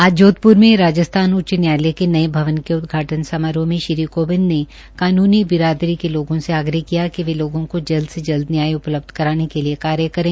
आज जोधप्र में राजस्थान उच्च न्यायालय के नये भवन के उदघाटन समारोह में श्री कोविंद ने कानूनी बिरादरी के लोगों से आग्रह किया कि वे लोगों को जल्द से जल्द न्याय उपलब्ध कराने के लिए कार्य करें